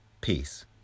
Peace